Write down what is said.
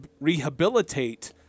rehabilitate